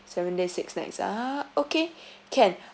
seven days six nights ah okay can